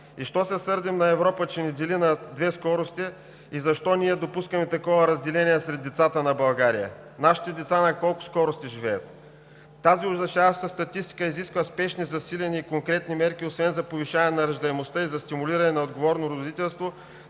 И защо се сърдим на Европа, че ни дели на две скорости, и защо ние допускаме такова разделение сред децата на България? Нашите деца на колко скорости живеят? Тази ужасяваща статистика изисква спешни засилени конкретни мерки освен за повишаване на раждаемостта и за стимулиране на отговорно родителство,